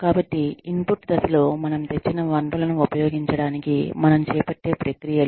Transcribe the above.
కాబట్టి ఇన్పుట్ దశలో మనం తెచ్చిన వనరులను ఉపయోగించుకోవటానికి మనం చేపట్టే ప్రక్రియలు